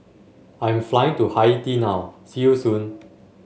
I am flying to Haiti now see you soon